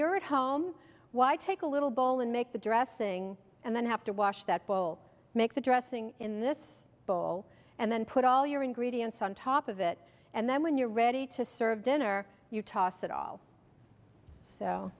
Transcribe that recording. you're at home why take a little bowl and make the dressing and then have to wash that bowl make the dressing in this bowl and then put all your ingredients on top of it and then when you're ready to serve dinner you toss it all so